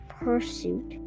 pursuit